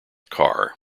carr